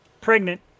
pregnant